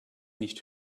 nicht